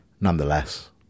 nonetheless